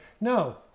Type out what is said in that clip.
no